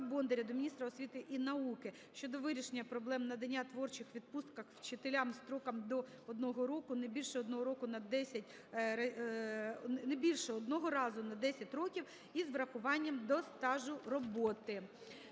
Бондаря до міністра освіти і науки щодо вирішення проблем надання творчих відпусток вчителям строком до одного року, не більше одного разу на 10 років, із врахуванням до стажу роботи.